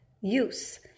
use